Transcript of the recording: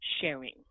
sharing